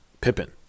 Pippin